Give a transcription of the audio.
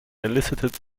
elicited